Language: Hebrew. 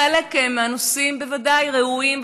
חלק מהנושאים בוודאי ראויים,